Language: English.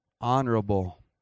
honorable